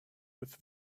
with